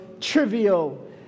trivial